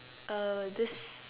uh this